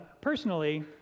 personally